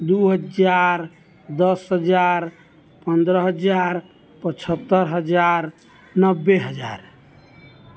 दू हजार दस हजार पन्द्रह हजार पचहत्तरि हजार नब्बे हजार